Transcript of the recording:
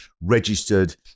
registered